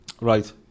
Right